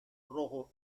rojo